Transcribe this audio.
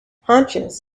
hunches